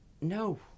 No